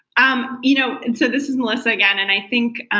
um you know and so this is melissa again. and i think